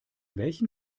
welchen